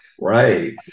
Right